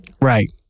Right